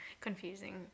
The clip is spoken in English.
confusing